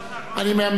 אני ממתין,